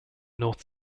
north